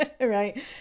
right